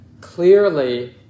clearly